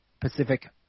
Pacific